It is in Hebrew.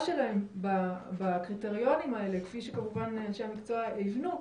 שלהם בקריטריונים האלה כפי שכמובן אנשי המקצוע יבנו,